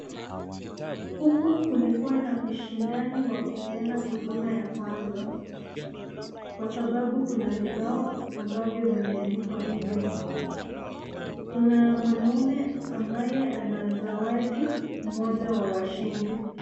Huku kulikuwa na ushindani wa kupeana huduma ya kwanza, kwa sababu kuna vibao ambavyo vimeandikwa hivyo. Kuna mwanaume ambaye anazawadi mmoja wa washindi.